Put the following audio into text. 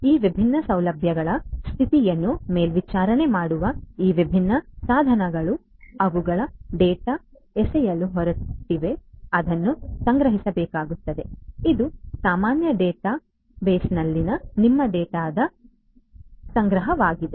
ಈ ವಿಭಿನ್ನ ಸೌಲಭ್ಯಗಳ ಸ್ಥಿತಿಯನ್ನು ಮೇಲ್ವಿಚಾರಣೆ ಮಾಡುವ ಈ ವಿಭಿನ್ನ ಸಾಧನಗಳು ಅವುಗಳು ಡೇಟಾವನ್ನು ಎಸೆಯಲು ಹೊರಟಿವೆ ಅದನ್ನು ಸಂಗ್ರಹಿಸಬೇಕಾಗುತ್ತದೆ ಇದು ಸಾಮಾನ್ಯ ಡೇಟಾಬೇಸ್ನಲ್ಲಿನ ನಿಮ್ಮ ಡೇಟಾದ ಸಂಗ್ರಹವಾಗಿದೆ